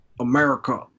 America